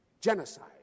genocide